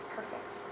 Perfect